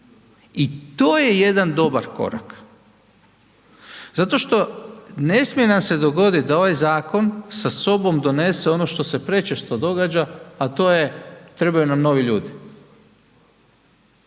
I to je jedan dobar korak. Zato što, ne smije nam se dogoditi da ovaj zakon sa sobom donese ono što se prečesto događa, a to je trebaju nam novi ljudi.